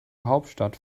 hauptstadt